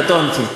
קטונתי.